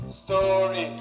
story